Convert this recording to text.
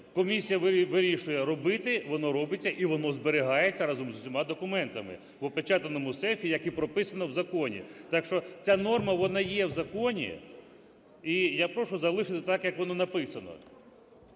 комісія вирішує, робити, воно робиться, і воно зберігається разом з усіма документа в опечатаному сейфі, як і прописано в законі. Так що ця норма вона є в законі, і я прошу залишити так, як воно написано.